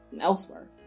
elsewhere